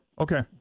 Okay